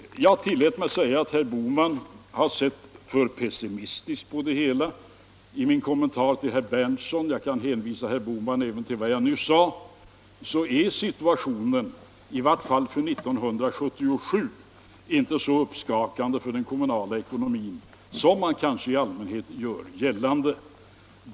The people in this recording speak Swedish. Jag tillät mig förut säga att herr Bohman sett för pessimistiskt på dessa ting och jag kan hänvisa herr Bohman även till vad jag nyss sade. I min kommentar till herr Berndtson vill jag säga att situationen, i varje fall för 1977, inte är så uppskakande för den kommunala ekonomin som man i allmänhet gör gällande.